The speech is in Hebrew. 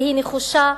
והיא נחושה,